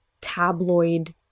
tabloid